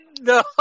No